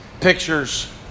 pictures